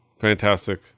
fantastic